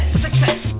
success